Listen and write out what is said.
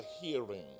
hearing